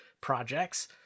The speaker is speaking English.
projects